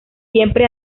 siempre